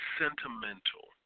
sentimental